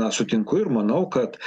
na sutinku ir manau kad